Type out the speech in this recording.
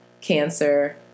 Cancer